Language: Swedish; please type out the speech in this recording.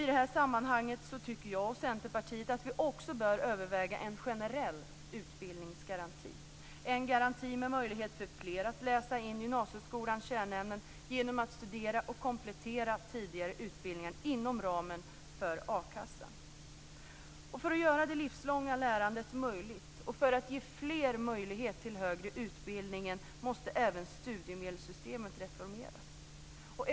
I det här sammanhanget tycker jag och Centerpartiet att vi också bör överväga en generell utbildningsgaranti, en garanti med möjlighet för fler att läsa in gymnasieskolans kärnämnen genom att studera och komplettera tidigare utbildningar inom ramen för a-kassa. För att göra det livslånga lärandet möjligt och för att ge fler möjlighet till högre utbildning måste även studiemedelssystemet reformeras.